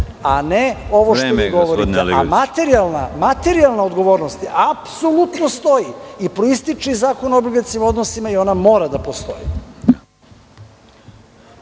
a ne ovo što vi govorite, a materijalna odgovornost apsolutno stoji i proističe iz Zakona o obligacionim odnosima i ona mora da postoji.